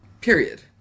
period